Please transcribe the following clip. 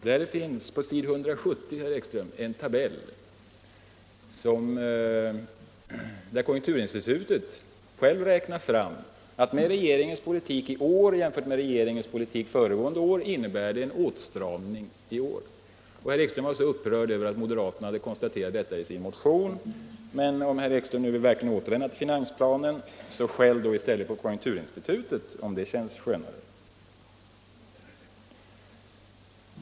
Där finns på s. 170, herr Ekström, en tabell, i vilken konjunkturinstitutet räknar fram att regeringens politik i år jämfört med regeringens politik föregående år innebär en åtstramning. Herr Ekström var ju så upprörd över att detta konstaterades i moderaternas motion. Om herr Ekström verkligen vill återvända till finansplanen, bör han i stället skälla på konjunkturinstitutet, ifall det känns skönare.